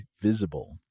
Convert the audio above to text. Visible